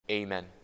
Amen